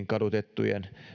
kadotettujen